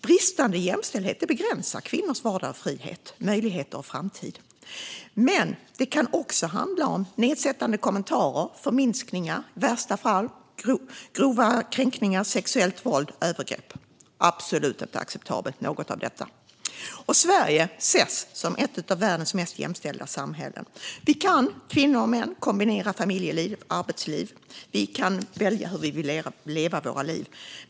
Bristande jämställdhet begränsar kvinnors vardag och frihet, möjligheter och framtid. Men det kan också handla om nedsättande kommentarer, förminskningar, i värsta fall grova kränkningar och sexuellt våld samt övergrepp. Inget av detta är acceptabelt. Sveriges ses som ett av världens mest jämställda samhällen. Kvinnor och män kan kombinera familjeliv och arbetsliv. Vi kan välja hur vi vill leva våra liv.